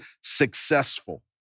successful